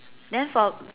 then for